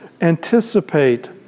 anticipate